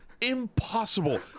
impossible